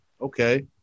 Okay